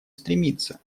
стремится